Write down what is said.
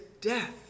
death